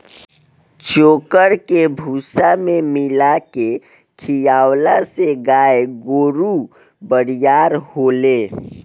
चोकर के भूसा में मिला के खिआवला से गाय गोरु बरियार होले